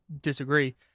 disagree